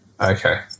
Okay